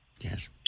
Yes